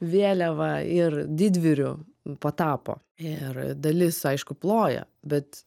vėliavą ir didvyriu patapo ir dalis aišku ploja bet